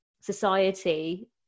society